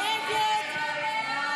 סעיפים 26